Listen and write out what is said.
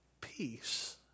peace